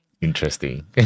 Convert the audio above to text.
interesting